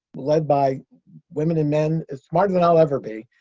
led by women and men smarter than i'll ever be,